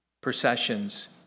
processions